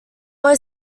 were